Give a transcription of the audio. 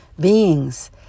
beings